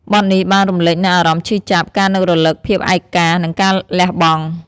បទនេះបានរំលេចនូវអារម្មណ៍ឈឺចាប់ ការនឹករលឹក ភាពឯកា និងការលះបង់។